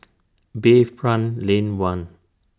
Bayfront Lane one